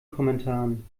kommentaren